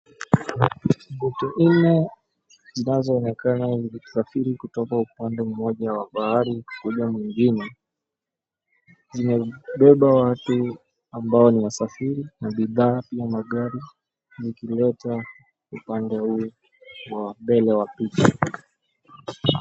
Vitu nne zinazoonekana zikisafiri kutoka upande mmoja wa bahari kuja mwengine zimebeba watu ambao ni wasafiri na bidhaa, pia magari zikileta upande huu wa mbele wa picha.